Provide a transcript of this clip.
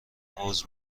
عذر